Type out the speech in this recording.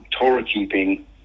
Torah-keeping